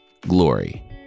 Glory